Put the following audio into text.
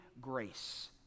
grace